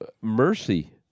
Mercy